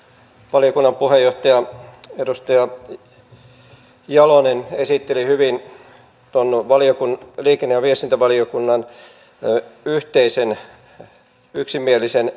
valiokunnan puheenjohtaja edustaja jalonen esitteli hyvin tuon liikenne ja viestintävaliokunnan yhteisen yksimielisen mietinnön